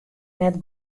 net